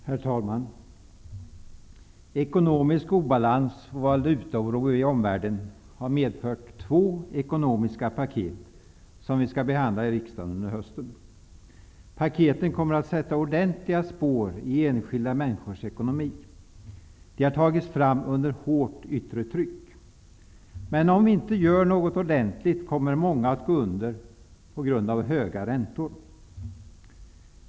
Herr talman! Ekonomisk obalans och valutaoro i omvärlden har medfört två ekonomiska paket som vi skall behandla i riksdagen under hösten. Paketen kommer att sätta ordentliga spår i enskilda människors ekonomi. De har tagits fram under hårt yttre tryck. Men om vi inte gör något ordentligt kommer många att gå under på grund av höga räntor.